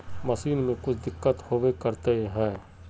Machine में कुछ दिक्कत होबे करते है?